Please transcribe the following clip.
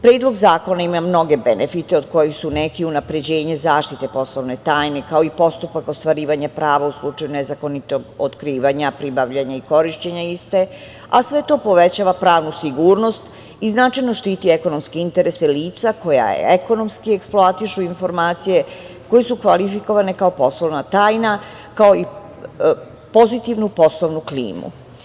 Predlog zakona ima mnoge benefite od kojih su neki unapređenje zaštite poslovne tajne, kao i postupka ostvarivanja prava u slučaju nezakonitog otkrivanja, pribavljanja i korišćenja iste, a sve to povećava pravnu sigurnost i značajno štiti ekonomske interese lica koja ekonomski eksploatišu informacije koje su kvalifikovane kao poslovna tajna, kao i pozitivnu poslovnu klimu.